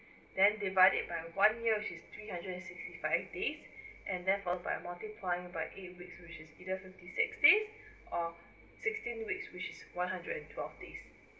then divide it by one year which is three hundred and sixty five days and that amount by multiply by eight weeks which is fifty six days or sixteen weeks which is one hundred and twelve days